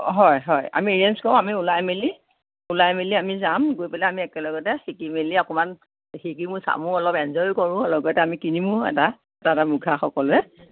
হয় হয় আমি এৰেঞ্জ কৰোঁ আমি ওলাই মেলি ওলাই মেলি আমি যাম গৈ পেলাই আমি একে লগতে শিকি মেলি অকণমান শিকিমো চামো অলপ এঞ্জয়ো কৰোঁ লগতে আমি কিনিমো এটা এটা এটা মুখা সকলোৱে